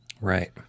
Right